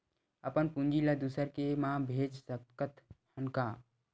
अपन पूंजी ला दुसर के मा भेज सकत हन का?